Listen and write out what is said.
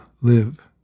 live